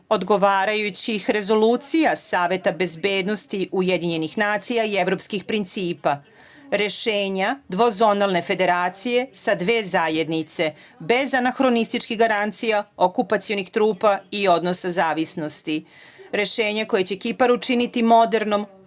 odgovarajućih rezolucija Saveta bezbednosti UN i evropskih principa. Rešenja dvozonalne federacije sa dve zajednice, bez anahronističkih garancija okupacionih trupa i odnosa zavisnosti. Rešenje koje će Kipar učiniti modernom,